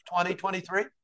2023